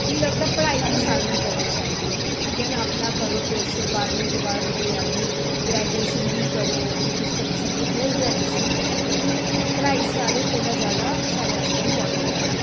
मीं लगदा पढ़ाई ते सारें गी करनी चाहिदी ठीक ऐ ना अपना करो तुस बाह्रमीं दे बाद तुस अपनी अगली ग्रेजुएशन बी करो जे तुस करी सकदे ओ पोस्ट ग्रेजुएशन करो कि के पढ़ाई सारें कोला ज्यादा साढ़े आस्तै इंपॅार्टेंट ऐ